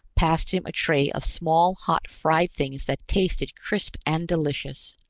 passed him a tray of small hot fried things that tasted crisp and delicious.